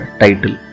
title